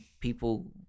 people